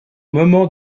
moment